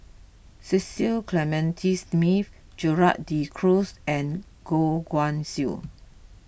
Cecil Clementi Smith Gerald De Cruz and Goh Guan Siew